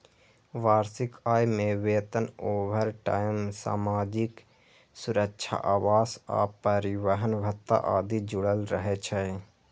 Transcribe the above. वार्षिक आय मे वेतन, ओवरटाइम, सामाजिक सुरक्षा, आवास आ परिवहन भत्ता आदि जुड़ल रहै छै